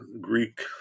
Greek